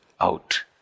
out